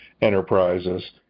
enterprises